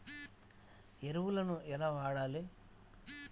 ఎరువులను ఎలా వాడాలి?